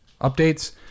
updates